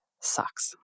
Sucks